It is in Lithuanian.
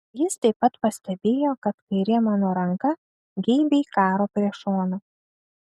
jis taip pat pastebėjo kad kairė mano ranka geibiai karo prie šono